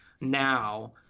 now